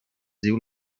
diu